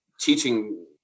teaching